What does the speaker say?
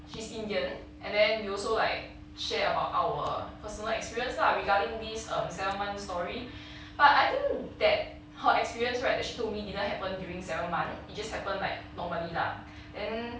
she's indian and then we also like share about our personal experience lah regarding this um seventh month story but I think that her experience right that she told me didn't happen during seven month it just happen like normally lah then